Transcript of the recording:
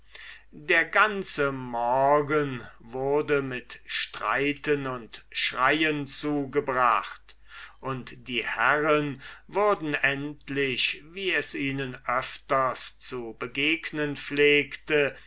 der ganze morgen wurde mit streiten und schreien zugebracht und die herren würden endlich wie ihnen öfters zu begegnen pflegte